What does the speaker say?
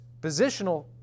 positional